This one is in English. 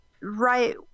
right